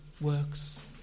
works